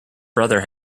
brother